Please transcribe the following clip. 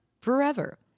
forever